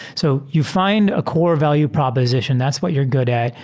so you find a core value proposition, that's what you're good at.